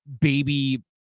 baby